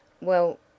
Well